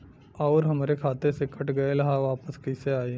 आऊर हमरे खाते से कट गैल ह वापस कैसे आई?